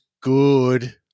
good